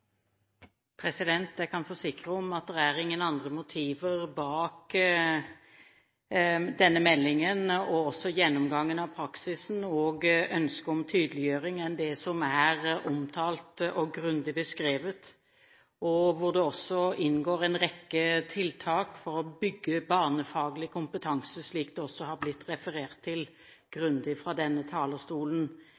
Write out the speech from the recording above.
framførte. Jeg kan forsikre om at det er ingen andre motiver bak denne meldingen, heller ikke gjennomgangen av praksisen og ønsket om tydeliggjøring, enn det som er omtalt og grundig beskrevet – hvor det også inngår en rekke tiltak for å bygge barnefaglig kompetanse, slik det grundig har blitt referert til